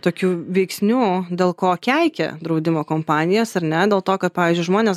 tokių veiksnių dėl ko keikia draudimo kompanijas ar ne dėl to kad pavyzdžiui žmonės